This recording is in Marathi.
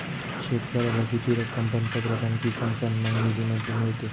शेतकऱ्याला किती रक्कम पंतप्रधान किसान सन्मान निधीमध्ये मिळते?